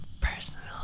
Personally